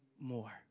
more